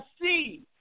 see